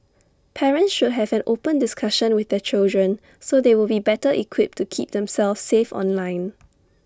parents should have an open discussion with their children so they will be better equipped to keep themselves safe online